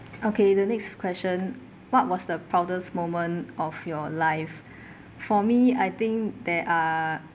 okay the next question what was the proudest moment of your life for me I think there are